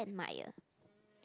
admire